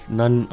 none